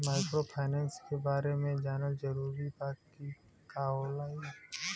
Microfinance के बारे में जानल जरूरी बा की का होला ई?